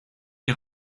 tes